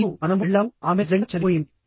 మరియు మనము వెళ్ళాము ఆమె నిజంగా చనిపోయింది